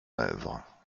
œuvre